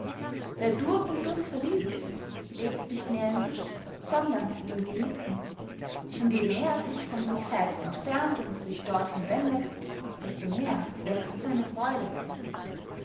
wer durch und durch verliebt ist lebt nicht mehr in sich sondern in dem geliebten und je mehr er sich von sich selbst entfernt und sich dorthin wendet desto mehr wächst seine freude